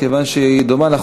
כיוון שהיא דומה,